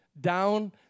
down